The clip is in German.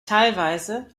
teilweise